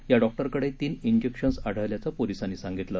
या डॉक्टरकडे तीन जिक्शन्स आढळल्याचं पोलिसांनी सांगितलं